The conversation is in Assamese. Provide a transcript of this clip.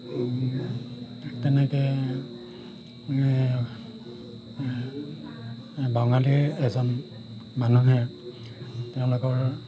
ঠিক তেনেকৈ বঙালী এজন মানুহে তেওঁলোকৰ